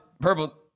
purple